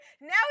now